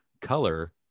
color